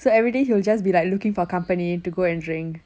so everyday he will just be like looking for company to go and drink